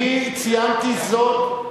אני ציינתי זאת,